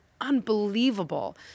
unbelievable